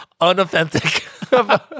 unauthentic